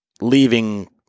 leaving